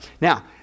Now